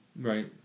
Right